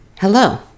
Hello